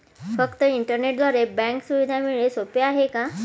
फक्त इंटरनेटद्वारे बँक सुविधा मिळणे सोपे आहे का?